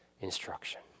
instruction